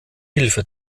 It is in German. hilfe